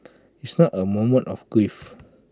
it's not A moment of grief